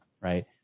right